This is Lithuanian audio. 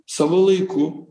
savo laiku